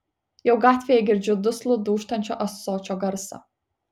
jau gatvėje girdžiu duslų dūžtančio ąsočio garsą